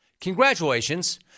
congratulations